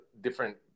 different